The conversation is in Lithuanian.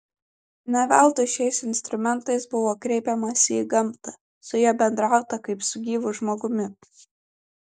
ne veltui šiais instrumentais buvo kreipiamasi į gamtą su ja bendrauta kaip su gyvu žmogumi